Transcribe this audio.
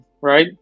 right